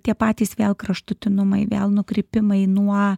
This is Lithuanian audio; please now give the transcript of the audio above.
tie patys vėl kraštutinumai vėl nukrypimai nuo